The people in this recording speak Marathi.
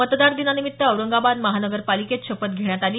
मतदार दिनानिमित्त औरंगाबाद महानगरपालिकेत शपथ घेण्यात आली